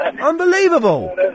Unbelievable